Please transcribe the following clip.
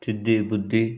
ತಿದ್ದಿ ಬುದ್ಧಿ